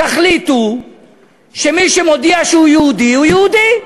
תחליטו שמי שמודיע שהוא יהודי, הוא יהודי.